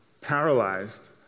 paralyzed